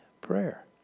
prayer